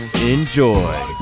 enjoy